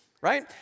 right